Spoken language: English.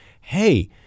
hey